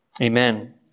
amen